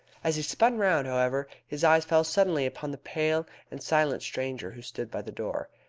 as he spun round, however, his eyes fell suddenly upon the pale and silent stranger who stood by the door.